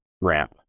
ramp